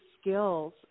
skills